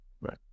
Right